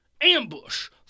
ambush